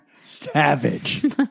Savage